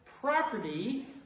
property